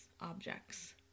objects